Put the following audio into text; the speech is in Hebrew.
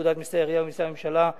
פקודת מסי העירייה ומסי הממשלה (פטורין),